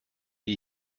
wie